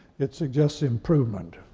it suggests improvement.